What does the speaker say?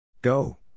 Go